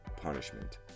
punishment